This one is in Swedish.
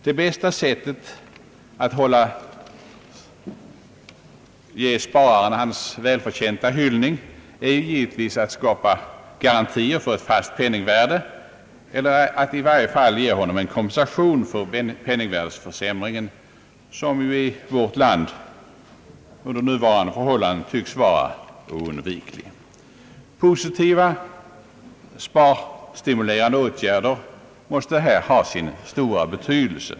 Det bästa sättet att ge spararen hans välförtjänta hyllning är givetvis att skapa garantier för ett fast penningvärde eller i varje fall att ge honom en kompensation för den penningvärdeförsämring, som ju i vårt land under nuvarande förhållanden tycks vara oundviklig. Positiva — sparstimulerande «åtgärder måste här ha sin stora betydelse.